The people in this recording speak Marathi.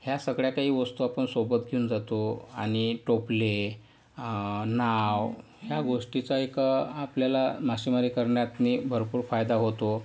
ह्या सगळ्या काही वस्तू आपण सोबत घेऊन जातो आणि टोपले नाव ह्या गोष्टीचा एक आपल्याला मासेमारी करण्यात नि भरपूर फायदा होतो